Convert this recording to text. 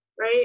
right